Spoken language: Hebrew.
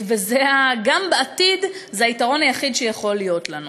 וגם בעתיד זה היתרון היחיד שיכול להיות לנו.